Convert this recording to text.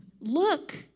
look